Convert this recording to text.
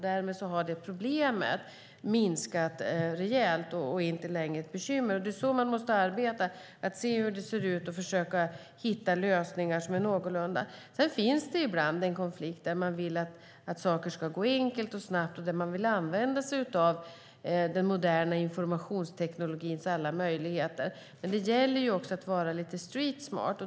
Därmed har det problemet minskat rejält, och det är inte längre ett bekymmer. Det är så man måste arbeta med att se hur det ser ut och försöka hitta lösningar. Sedan finns det ibland en konflikt där man vill att saker ska gå enkelt och snabbt och där man vill använda sig av den moderna informationsteknologins alla möjligheter. Men det gäller också att vara lite streetsmart.